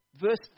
verse